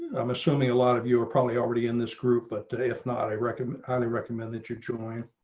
i'm assuming a lot of you are probably already in this group. but today, if not i recommend highly recommend that you join